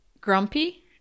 grumpy